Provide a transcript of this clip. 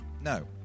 no